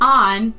on